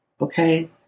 okay